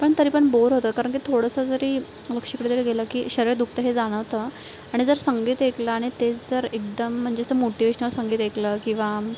पण तरी पण बोअर होतं कारण ते थोडंसं जरी की शरीर दुखतं हे जाणवतं आणि जर संगीत ऐकलं आणि तेच जर एकदम म्हणजे असं मोटिवेशनल संगीत ऐकलं किंवा